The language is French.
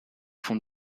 fond